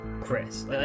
Chris